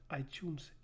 iTunes